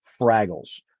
fraggles